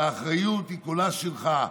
והאחרית היא כולה שלך,